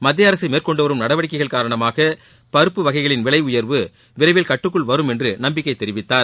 மத்திய அரசு மேற்கொண்டுவரும் நடவடிக்கைகள் காரணமாக பருப்பு வகைகளின் விலை உயர்வு விரைவில் கட்டுக்குள் வரும் என்று நம்பிக்கை தெரிவித்தார்